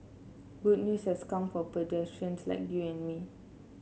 good news has come for pedestrians like you and me